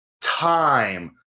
time